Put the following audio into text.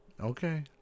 Okay